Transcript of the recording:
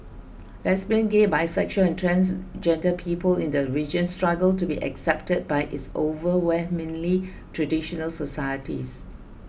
lesbian gay bisexual and transgender people in the region struggle to be accepted by its overwhelmingly traditional societies